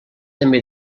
també